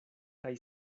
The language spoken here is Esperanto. kaj